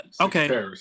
Okay